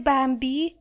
Bambi